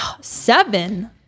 Seven